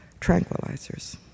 tranquilizers